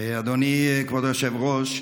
אדוני כבוד היושב-ראש,